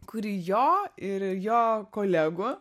kuri jo ir jo kolegų